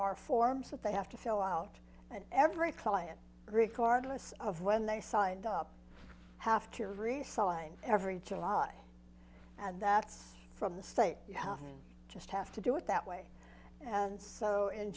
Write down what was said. are forms that they have to fill out and every client record lists of when they signed up have to resign every july and that's from the state you just have to do it that way and so in